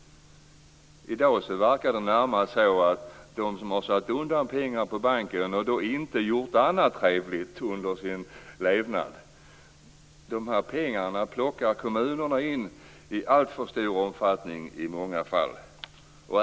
I dag verkar det närmast vara så att de pengar som människor har satt undan på banken och inte gjort något annat trevligt för under sin levnad plockar kommunerna i många fall in i alltför stor omfattning.